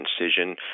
incision